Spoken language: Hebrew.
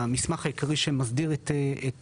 המסמך העיקרי שמסדיר את